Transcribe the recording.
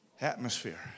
Atmosphere